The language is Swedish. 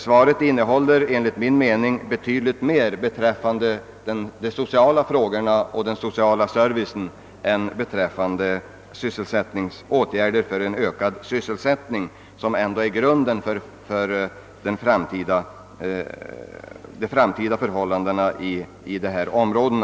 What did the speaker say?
Enligt min mening innehåller det betydligt mera om de sociala frågorna och den sociala servicen än åtgärder för en ökad sysselsättning — som ju ändå är grunden för hur framtiden skall bli i dessa områden.